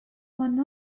one